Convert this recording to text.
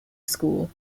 school